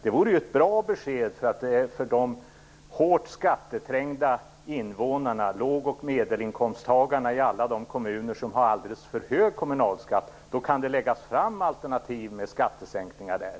Det vore ett bra besked för de hårt skatteträngda invånarna, lågoch medelinkomsttagarna i alla de kommuner som har alldeles för hög kommunalskatt. Då kan det föreslås alternativ med skattesänkningar där.